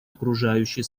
окружающей